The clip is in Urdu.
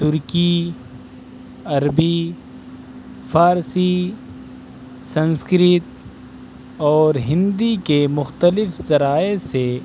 ترکی عربی فارسی سنسکرت اور ہندی کے مختلف ذرائع سے